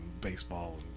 baseball